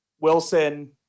Wilson